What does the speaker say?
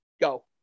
Go